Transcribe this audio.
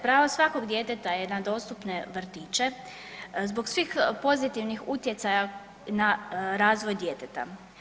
Pravo svakog djeteta je na dostupne vrtiće zbog svih pozitivnih utjecaja na razvoj djeteta.